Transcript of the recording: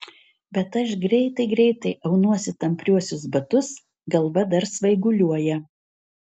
bet aš greitai greitai aunuosi tampriuosius batus galva dar svaiguliuoja